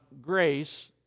grace